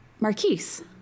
Marquise